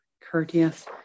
courteous